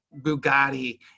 Bugatti